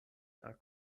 akvo